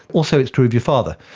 also it's true of your father,